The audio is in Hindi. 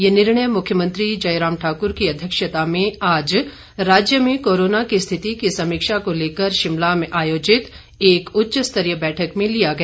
ये निर्णय मुख्यमंत्री जयराम ठाकुर की अध्यक्षता में आज राज्य में कोरोना की स्थिति की समीक्षा को लेकर शिमला में आयोजित एक उच्च स्तरीय बैठक में लिया गया